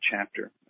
chapter